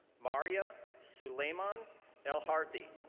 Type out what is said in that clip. maria sulemon elharthy.